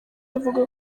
avuga